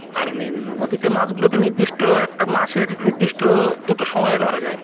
আর নদীতে মাছগুলো তো নির্দিষ্ট একটা মাসের নির্দিষ্ট দুটো সময়ে ধরা যায়